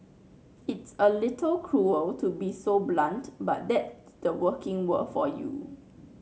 it's a little cruel to be so blunt but that the working world for you